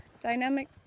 dynamic